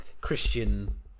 Christian